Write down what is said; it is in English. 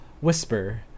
Whisper